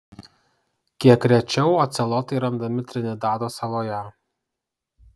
kiek rečiau ocelotai randami trinidado saloje